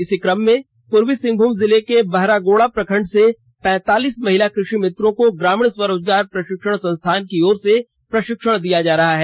इसी क्रम में पूर्वी सिंहभूम जिले बहरागोड़ प्रखंड से पैंतालीस महिला कृषि मित्रों को ग्रामीण स्वरोजगार प्रशिक्षण संस्थान की ओर से प्रशिक्षण दिया जा रहा है